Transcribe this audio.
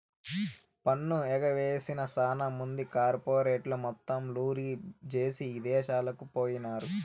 పన్ను ఎగవేసి సాన మంది కార్పెరేట్లు మొత్తం లూరీ జేసీ ఇదేశాలకు పోయినారు